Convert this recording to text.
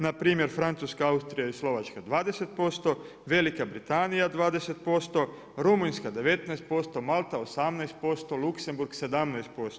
Npr. Francuska, Austrija i Slovačka 20%, Velika Britanija 20%, Rumunjska 19%, Malta 18%, Luxemburg 17%